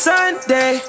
Sunday